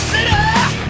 City